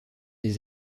des